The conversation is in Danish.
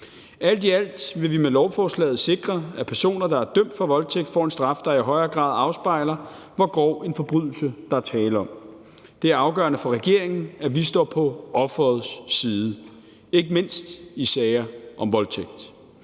Alt i alt vil vi med lovforslaget sikre, at personer, der er dømt for voldtægt, får en straf, der i højere grad afspejler, hvor grov en forbrydelse der er tale om. Det er afgørende for regeringen, at vi står på offerets side, ikke mindst i sager om voldtægt.